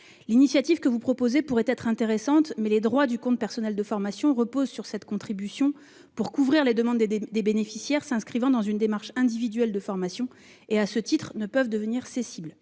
L'initiative que vous proposez pourrait être intéressante, mais les droits au CPF reposent sur cette contribution qui vise à couvrir les demandes des bénéficiaires s'inscrivant dans une démarche individuelle de formation ; à ce titre, ils ne peuvent devenir cessibles.